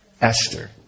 Esther